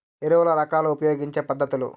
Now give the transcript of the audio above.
ఎరువుల రకాలు ఉపయోగించే పద్ధతులు?